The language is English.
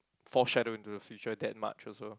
foreshadow into the future that much also